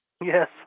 Yes